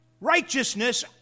righteousness